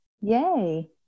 Yay